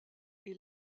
est